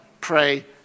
pray